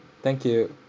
thank you